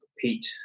compete